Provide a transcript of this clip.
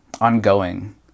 ongoing